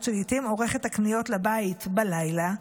שלעיתים עורך את הקניות לבית בלילה,